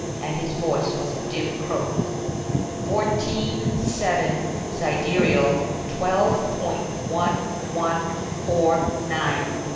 and his voice was a dim croak fourteen seven sidereal twelve point one one four nine.